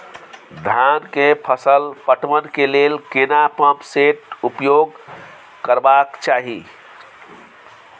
धान के फसल पटवन के लेल केना पंप सेट उपयोग करबाक चाही?